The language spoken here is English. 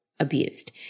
abused